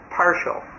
partial